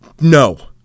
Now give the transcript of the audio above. no